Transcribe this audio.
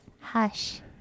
hush